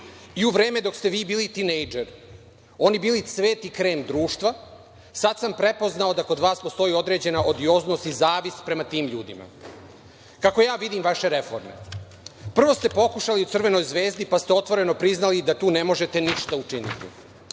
i u vreme dok ste vi bili tinejdžer, oni bili cvet i krem društva. Sada sam prepoznao da kod vas postoji određena odioznost i zavist prema tim ljudima. Kako ja vidim vaše reforme? Prvo ste pokušali u „Crvenoj zvezdi“, pa ste otvoreno priznali da to ne možete ništa učiniti.